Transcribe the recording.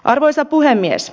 arvoisa puhemies